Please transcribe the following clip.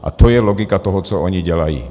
A to je logika toho, co oni dělají.